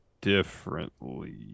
differently